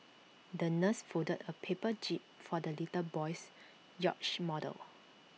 the nurse folded A paper jib for the little boy's yacht model